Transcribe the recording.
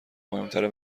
مهمتره